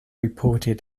reported